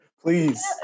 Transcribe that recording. Please